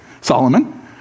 Solomon